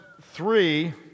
three